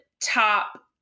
top